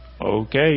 Okay